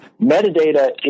Metadata